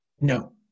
No